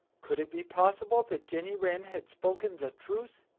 could it be possible that jenny wren had spoken the truth?